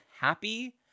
happy